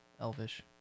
Elvish